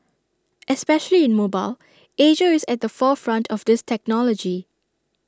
especially in mobile Asia is at the forefront of this technology